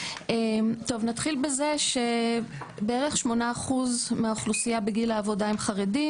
נתחיל בזה שבערך 8% מהאוכלוסייה בגיל העבודה הם חרדים.